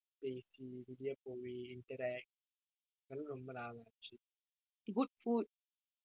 பேசி வெளியே போய்:pesi veliye poi interact ரொம்ப நாள் ஆச்சு:romba naal aachu